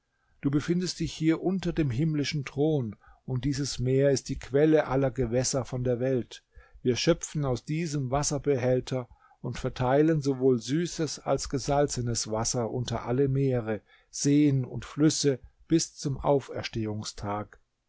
du befindest dich hier unter dem himmlischen thron und dieses meer ist die quelle aller gewässer von der welt wir schöpfen aus diesem wasserbehälter und verteilen sowohl süßes als gesalzenes wasser unter alle meere seen und flüsse bis zum